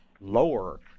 lower